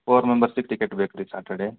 four ಮೆಂಬರ್ಸಿಗೆ ticket ಬೇಕು ರೀ ಸ್ಯಾಟರ್ಡೇ